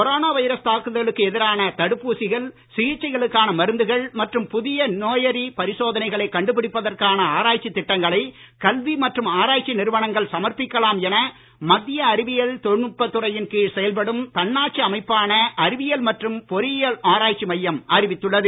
corona virus தாக்குதலுக்கு எதிரான தடுப்பூசிகள் சிகிச்சைக்கான மருந்துகள் மற்றும் புதிய நோயறி பரிசோதனைகளை கண்டுபிடிப்பதற்கான ஆராய்ச்சி திட்டங்களை கல்வி மற்றும் ஆராய்ச்சி நிறுவனங்கள் சமர்ப்பிக்கலாம் என மத்திய அறிவியல் தொழில்நுட்பத் துறையின் கீழ் செயல்படும் தன்னாட்சி அமைப்பான அறிவியல் மற்றும் பொறியியல் ஆராய்ச்சி வாரியம் அறிவித்துள்ளது